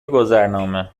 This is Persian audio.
گذرنامه